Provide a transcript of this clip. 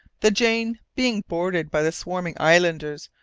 the jane being boarded by the swarming islanders,